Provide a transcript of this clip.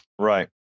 Right